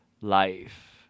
life